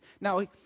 Now